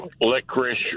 licorice